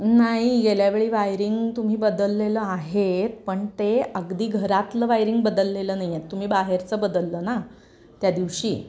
नाही गेल्या वेळी वायरिंग तुम्ही बदललेलं आहे पण ते अगदी घरातलं वायरिंग बदललेलं नाही आहेत तुम्ही बाहेरचं बदललं ना त्या दिवशी